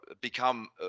become